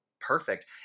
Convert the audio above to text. perfect